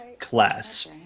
Class